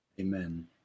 Amen